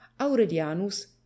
aurelianus